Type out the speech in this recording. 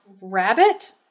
rabbit